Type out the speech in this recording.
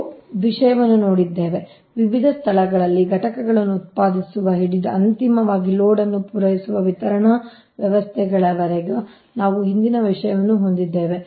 ನಾವು ಈ ವಿಷಯವನ್ನು ನೋಡಿದ್ದೇವೆ ವಿವಿಧ ಸ್ಥಳಗಳಲ್ಲಿ ಘಟಕಗಳನ್ನು ಉತ್ಪಾದಿಸುವುದರಿಂದ ಹಿಡಿದು ಅಂತಿಮವಾಗಿ ಲೋಡ್ ಅನ್ನು ಪೂರೈಸುವ ವಿತರಣಾ ವ್ಯವಸ್ಥೆಗಳವರೆಗೆ ನಾವು ಹಿಂದಿನ ವಿಷಯವನ್ನು ಹೊಂದಿದ್ದೇವೆ